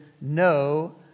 no